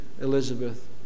Elizabeth